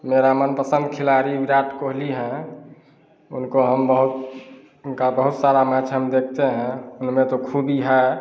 मेरा मनपसन्द खिलाड़ी विराट कोहली हैं उनको हम बहुत उनका बहुत सारा मैच हम देखते हैं उनमें तो ख़ूबी है